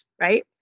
right